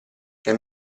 nel